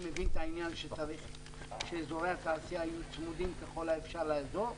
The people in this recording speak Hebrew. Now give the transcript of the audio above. אני מבין את העניין שצריך שאזורי התעשייה יהיו צמודים ככל האפשר לאזור,